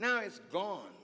now it's gone